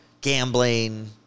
Gambling